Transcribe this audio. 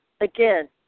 again